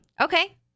Okay